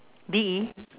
D E